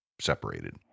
separated